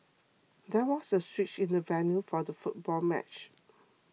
there was a switch in the venue for the football match